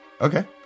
Okay